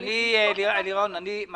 לירון, מה